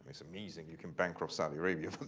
it's amazing you can bankrupt saudi arabia,